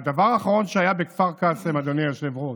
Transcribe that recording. והדבר האחרון שהיה בכפר קאסם, אדוני היושב-ראש,